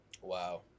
Wow